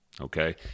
Okay